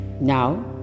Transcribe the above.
Now